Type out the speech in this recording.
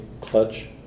clutch